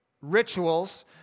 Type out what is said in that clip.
rituals